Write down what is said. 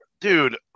Dude